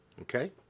Okay